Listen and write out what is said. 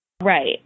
Right